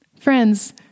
Friends